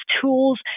tools